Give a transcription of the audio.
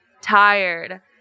tired